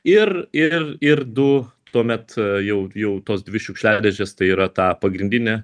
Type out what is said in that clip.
ir ir ir du tuomet jau jau tos dvi šiukšliadėžės tai yra tą pagrindinė